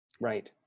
right